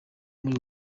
muri